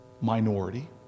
minority